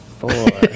four